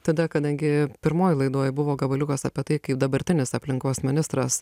tada kadangi pirmoj laidoj buvo gabaliukas apie tai kaip dabartinis aplinkos ministras